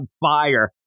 fire